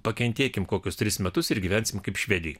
pakentėkim kokius tris metus ir gyvensim kaip švedijoj